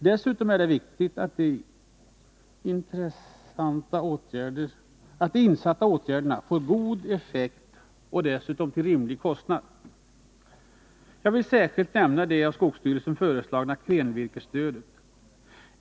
Dessutom är det viktigt att de insatta åtgärderna får god effekt till rimlig kostnad. Jag vill särskilt nämna det av skogsstyrelsen föreslagna klenvirkesstödet.